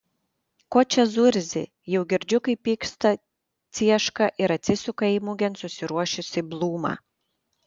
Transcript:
ko čia zurzi jau girdžiu kaip pyksta cieška ir atsisuka į mugėn susiruošusį blūmą